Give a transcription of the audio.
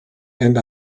and